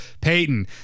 Peyton